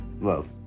Love